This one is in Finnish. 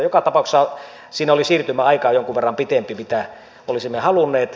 joka tapauksessa siinä oli siirtymäaika jonkun verran pitempi kuin olisimme halunneet